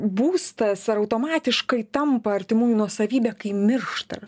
būstas ar automatiškai tampa artimųjų nuosavybe kai miršta